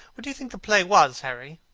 what do you think the play was, harry?